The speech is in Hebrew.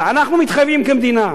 ואנחנו מתחייבים כמדינה,